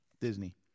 Disney